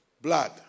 blood